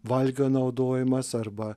valgio naudojimas arba